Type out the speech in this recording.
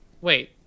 Wait